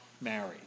married